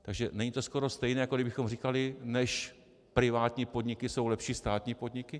Takže není to skoro stejné, jako kdybychom říkali: než privátní podniky, jsou lepší státní podniky.